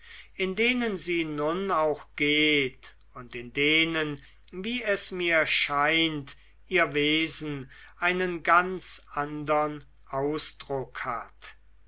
in denen sie nun auch geht und in denen wie es mir scheint ihr wesen einen ganz andern ausdruck hat